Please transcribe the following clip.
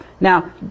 Now